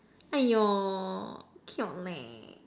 !aiyo! cute leh